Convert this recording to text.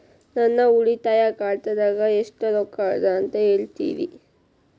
ನನ್ನ ಉಳಿತಾಯ ಖಾತಾದಾಗ ಎಷ್ಟ ರೊಕ್ಕ ಅದ ಅಂತ ಹೇಳ್ತೇರಿ?